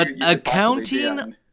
accounting